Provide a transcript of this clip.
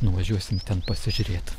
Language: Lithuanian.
nuvažiuosim ten pasižiūrėt